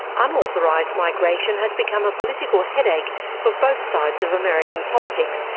unauthorised migration has become a political headache for both sides of american politics,